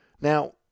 Now